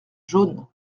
jaunes